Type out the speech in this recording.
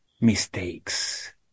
mistakes